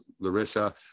Larissa